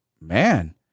Man